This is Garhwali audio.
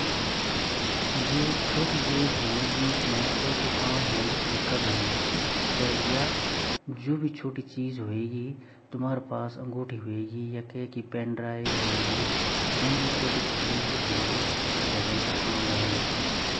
जु जीन्से छोटी जेब वोनि वे मा हम अपरा सिक्का रख सकना क्वे छोटी-मोटी जन चाभी-चुभी वन वे रख सकन अर है ना अर जन क्वे छोटी-मोटी पर्ची वोनि वेबी हम वे छोटी जेब मा रख सकन और अपु जन पैसा भी रख सकन थोड़ा भोत, ज़्यादा ता ना पर थोड़ा भोत पैसा।